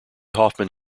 hoffman